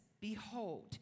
Behold